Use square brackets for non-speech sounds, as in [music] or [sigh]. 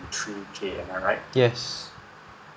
[noise] yes